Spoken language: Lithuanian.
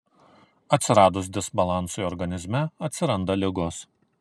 atsiradus disbalansui organizme atsiranda ligos